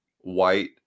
white